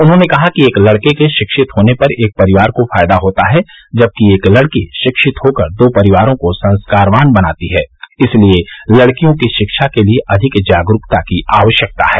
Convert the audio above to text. उन्होंने कहा कि एक लड़के के शिक्षित होने से एक परिवार को फायदा होता है जबकि एक लड़की शिक्षित होकर दो परिवारों को संस्कारवान बनाती है इसलिये लड़कियों की शिक्षा के लिये अधिक जागरूकता की आवश्यकता है